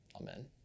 Amen